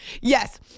Yes